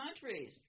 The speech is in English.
countries